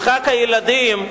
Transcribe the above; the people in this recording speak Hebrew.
משחק הילדים,